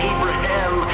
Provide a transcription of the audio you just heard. Abraham